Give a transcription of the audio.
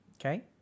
okay